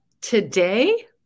today